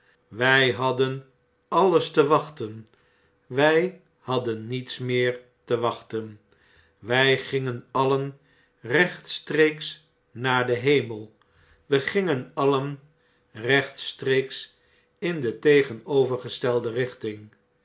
j hadden alles te wachten wg hadden niets meer te wachten wjj gingen alien rechtstreeks naar den hemel wg gingen alien rechtstreeks in de tegenovergestelde richting